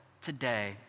today